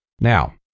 Now